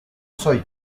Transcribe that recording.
soy